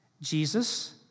Jesus